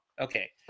Okay